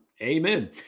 amen